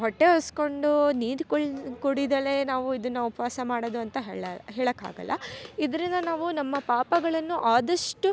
ಹೊಟ್ಟೆ ಉರ್ಸ್ಕೊಂಡು ನೀದ್ ಕುಲ್ದ ಕುಡಿದಲೆ ನಾವು ಇದನ್ನ ಉಪವಾಸ ಮಾಡೋದು ಅಂತ ಹೇಳಲಾರೆ ಹೇಳಕಾಗಲ್ಲ ಇದರಿಂದ ನಾವು ನಮ್ಮ ಪಾಪಗಳನ್ನು ಆದಷ್ಟು